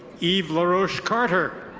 eve laroche-carter.